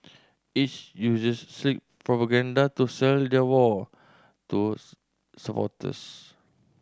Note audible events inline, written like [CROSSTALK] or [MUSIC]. each uses slick propaganda to sell their war to [UNINTELLIGIBLE] supporters